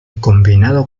combinado